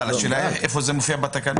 השאלה איפה זה מופיע בתקנות.